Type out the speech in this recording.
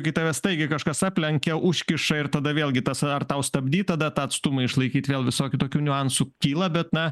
kai tave staigiai kažkas aplenkia užkiša ir tada vėlgi tas ar tau stabdyt tada tą atstumą išlaikyt vėl visokių tokių niuansų kyla bet na